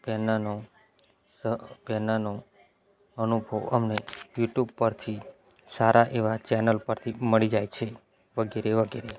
પેરનાનું પેરનાનું અનુભવ અમને યુટ્યુબ પરથી સારા એવા ચેનલ પરથી મળી જાય છે વગેરે વગેરે